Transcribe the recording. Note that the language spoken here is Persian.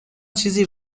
چیزی